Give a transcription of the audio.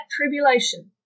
tribulation